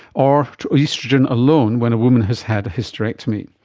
or oestrogen alone when a woman has had a hysterectomy.